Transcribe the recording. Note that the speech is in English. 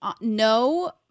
No